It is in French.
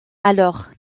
alors